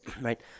right